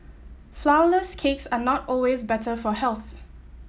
flourless cakes are not always better for health